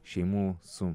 šeimų su